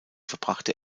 verbrachte